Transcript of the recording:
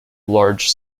large